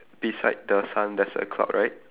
beside the sun there's a cloud right